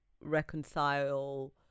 reconcile